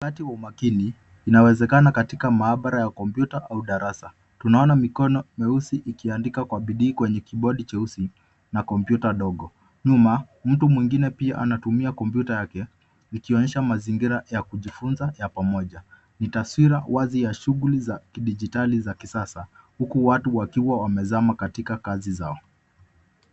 Wakati wa umakini inawezekana katika maabara ya kompyuta au darasa. Tunaona mikono mieusi ikiandika kwa bidii kwenye kibodi cheusi na kompyuta ndogo. Nyuma, mtu mwingine pia anatumia kompyuta yake ikionyesha mazingira ya kujifunza ya pamoja. Ni taswira wazi ya shughuli za kidijitali za kisasa huku watu wakiwa wamezama katika kazi zao.